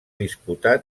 disputar